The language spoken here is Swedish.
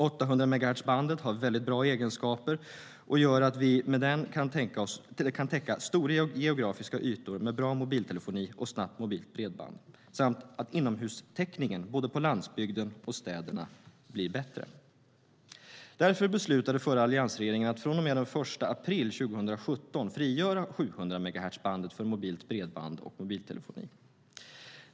800-megahertzbandet har bra egenskaper som gör att vi med det kan täcka stora geografiska ytor med bra mobiltelefoni och snabbt mobilt bredband samtidigt som inomhustäckningen, både på landsbygden och i städerna, blir bättre. Därför beslutade alliansregeringen att från och med den 1 april 2017 frigöra 700-megahertzbandet för mobilt bredband och mobiltelefoni.